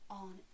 on